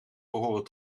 behoren